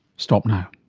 stop now.